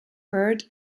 heard